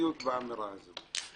בעייתיות באמירה הזו.